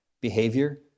behavior